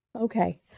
Okay